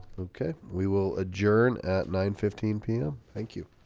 okay, we will adjourn at nine fifteen p m. thank you